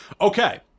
Okay